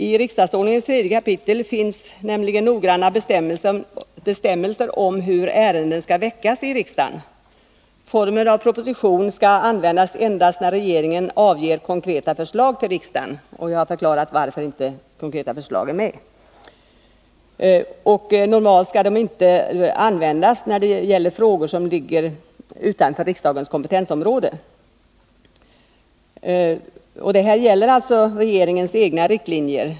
I riksdagsordningens tredje kapitel finns noggranna bestämmelser om hur ärenden skall väckas i riksdagen. Formen av en proposition används endast när regeringen avger konkreta förslag till riksdagen. Jag har förklarat varför inte några konkreta förslag finns med. Normalt skall inte proposition användas i frågor som ligger utanför riksdagens kompetensområde. I det här fallet gäller det, som jag redan sagt, regeringens egna riktlinjer.